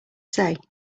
say